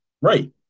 Right